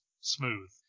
smooth